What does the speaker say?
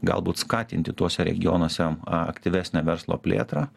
galbūt skatinti tuose regionuose a aktyvesnę verslo plėtrą